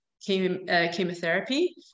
chemotherapy